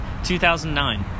2009